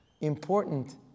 important